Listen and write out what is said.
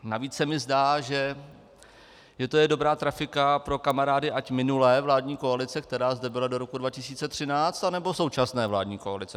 Navíc se mi zdá, že je to dobrá trafika pro kamarády, ať minulé vládní koalice, která zde byla do roku 2013, anebo současné vládní koalice.